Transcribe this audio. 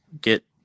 get